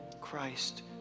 Christ